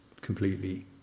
completely